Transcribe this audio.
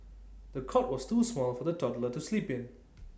the cot was too small for the toddler to sleep in